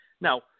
Now